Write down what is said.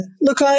Look